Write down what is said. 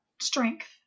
strength